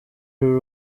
uru